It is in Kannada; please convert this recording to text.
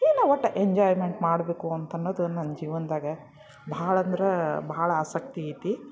ಏನೋ ಒಟ್ಟು ಎಂಜಾಯ್ಮೆಂಟ್ ಮಾಡಬೇಕು ಅಂತನ್ನೋದು ನನ್ನ ಜೀವನದಾಗ ಭಾಳಂದ್ರೆ ಭಾಳ ಆಸಕ್ತಿ ಐತಿ